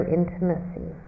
intimacy